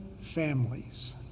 families